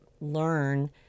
learn